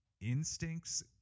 instincts